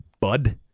bud